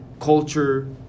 culture